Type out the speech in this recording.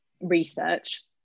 research